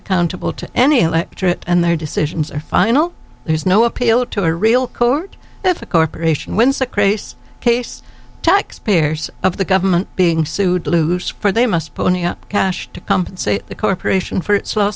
accountable to any electorate and their decisions are final there's no appeal to a real court if a corporation wins a crace case taxpayers of the government being sued loose for they must pony up cash to compensate the corporation for it